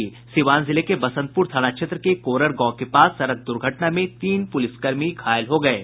सीवान जिले के बसंतपुर थाना क्षेत्र के कोरर गांव के पास सड़क दुर्घटना में तीन प्रलिसकर्मी घायल हो गये